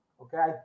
Okay